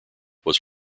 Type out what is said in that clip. was